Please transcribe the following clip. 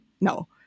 No